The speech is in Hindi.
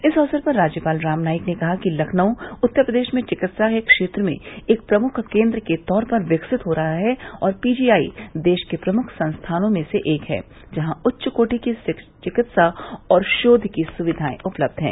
इस अवसर पर राज्यपाल राम नाईक ने कहा कि लखनऊ उत्तर भारत में चिकित्सा के क्षेत्र में एक प्रमुख केन्द्र के तौर पर विकसित हो रहा है और पीजीआई देश के प्रमुख संस्थानों में से एक है जहां उच्चकोटि की चिकित्सा और शोघ की सुविघाएं उपलब्ध है